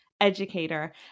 educator